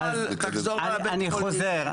אני חוזר.